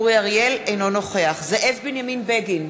אינו נוכח זאב בנימין בגין,